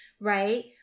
right